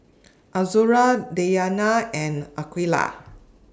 Azura Dayana and Aqeelah